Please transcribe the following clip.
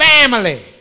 family